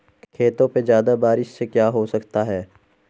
खेतों पे ज्यादा बारिश से क्या हो सकता है?